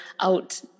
out